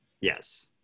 Yes